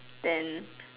then